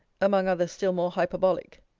among others still more hyperbolic.